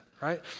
right